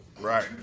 right